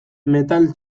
metal